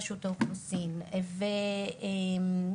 רשות האוכלוסין וההגירה,